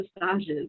massages